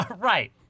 Right